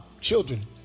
children